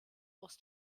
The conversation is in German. aus